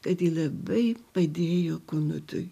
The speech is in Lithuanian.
kad ji labai padėjo konutui